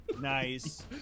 Nice